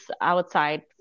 outside